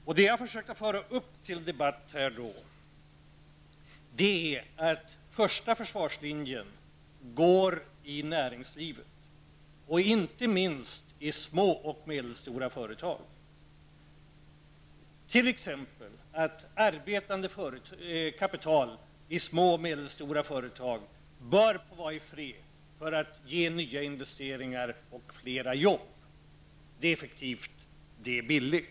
Det jag här försökt att föra upp debatt, är att första försvarslinjen går i näringslivet, och inte minst i små och medelstora företag. T.ex. bör arbetande kapital i små och medelstora företag få vara i fred för att ge nya investeringar och fler jobb. Det är effektivt, och det är billigt.